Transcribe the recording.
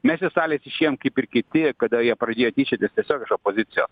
mes iš salės išėjom kaip ir kiti kada jie pradėjo tyčiotis tiesiog iš opozicijos